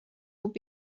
would